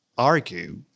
argue